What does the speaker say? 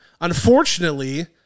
Unfortunately